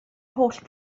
holl